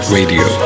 Radio